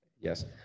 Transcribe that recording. Yes